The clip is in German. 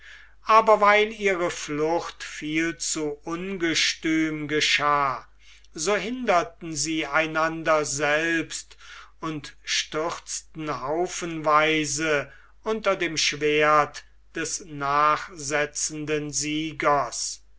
aber weil ihre flucht viel zu ungestüm geschah so hinderten sie einander selbst und stürzten haufenweise unter dem schwert des nachsetzenden siegers